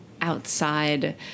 outside